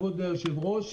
כבוד היושב-ראש,